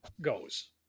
goes